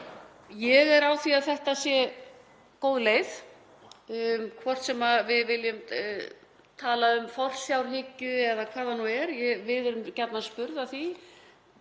Ég er á því að þetta sé góð leið, hvort sem við viljum tala um forsjárhyggju eða hvað það nú er. Við erum gjarnan spurð að því